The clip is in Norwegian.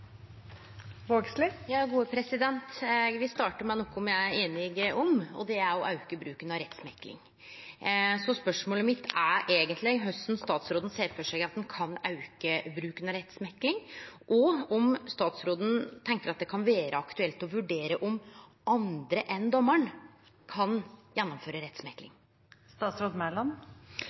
einige om, og det er å auke bruken av rettsmekling. Så spørsmålet mitt er korleis statsråden ser for seg at ein kan auke bruken av rettsmekling, og om statsråden tenkjer at det kan vere aktuelt å vurdere om andre enn domaren kan gjennomføre